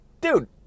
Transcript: dude